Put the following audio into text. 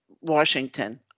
Washington